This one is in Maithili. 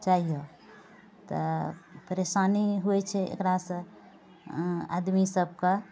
चाहिय तऽ परेशानी होइ छै एकरासँ आदमी सभके